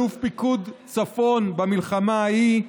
אלוף פיקוד צפון במלחמה ההיא ב-1967,